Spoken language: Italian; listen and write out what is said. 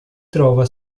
trova